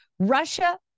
russia